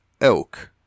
Elk